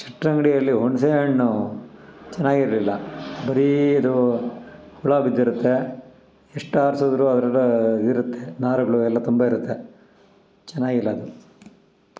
ಶೆಟ್ಟರ ಅಂಗಡಿಯಲ್ಲಿ ಹುಣಸೆ ಹಣ್ಣು ಚೆನ್ನಾಗಿರ್ಲಿಲ್ಲ ಬರೀ ಇದು ಹುಳ ಬಿದ್ದಿರುತ್ತೆ ಎಷ್ಟಾರಿಸಿದ್ರೂ ಅದ್ರೆಲ್ಲ ಇರುತ್ತೆ ನಾರುಗಳು ಎಲ್ಲ ತುಂಬ ಇರುತ್ತೆ ಚೆನ್ನಾಗಿಲ್ಲ ಅದು